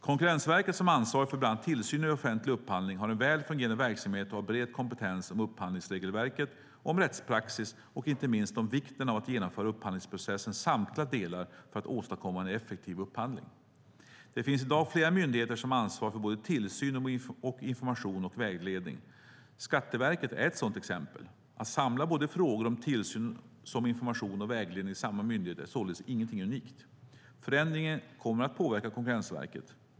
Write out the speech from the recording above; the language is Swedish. Konkurrensverket, som ansvarar för bland annat tillsynen över offentlig upphandling, har en väl fungerande verksamhet och har bred kompetens om upphandlingsregelverket, om rättspraxis och inte minst om vikten av att genomföra upphandlingsprocessens samtliga delar för att åstadkomma en effektiv upphandling. Det finns i dag flera myndigheter som ansvarar för såväl tillsyn som information och vägledning. Skatteverket är ett sådant exempel. Att samla såväl frågor om tillsyn som frågor om information och vägledning i samma myndighet är således inget unikt. Förändringen kommer att påverka Konkurrensverket.